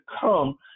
come